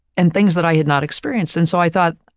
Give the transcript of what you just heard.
and things that i had not experienced. and so, i thought,